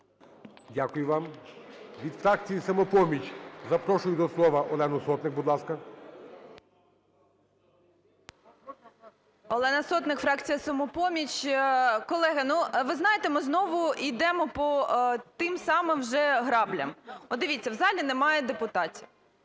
Дякую вам. Від фракції "Самопоміч" запрошую до слова Олену Сотник, будь ласка. 17:55:06 СОТНИК О.С. Олена Сотник, фракція "Самопоміч". Колеги, ну, ви знаєте, ми знову йдемо по тим самим же граблям. От дивіться, в залі немає депутатів.